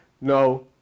no